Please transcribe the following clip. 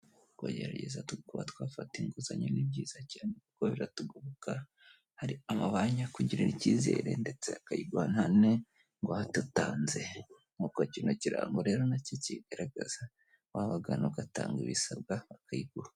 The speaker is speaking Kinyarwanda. Kugerageza tukaba twafata inguzanyo ni byiza cyane kuko biratugoboka, hari amabanki akugirira icyizere ndetse akayiguha nta n'ingwate utanze, nkuko kino kirango rero na cyo kibigaragaza, wabagana ugatanga ibisabwa bakayigura.